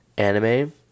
Anime